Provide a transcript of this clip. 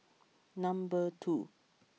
number two